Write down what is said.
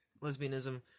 lesbianism